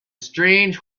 strange